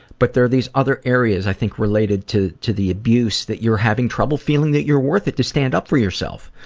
but there are these other areas i think related to to the abuse that you're having trouble feeling that you're worth it to stand up for yourself.